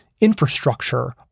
infrastructure